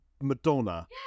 Madonna